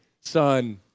son